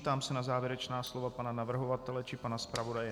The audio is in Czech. Ptám se na závěrečná slova pana navrhovatele či pana zpravodaje.